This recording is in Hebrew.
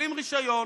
מקבלים רישיון,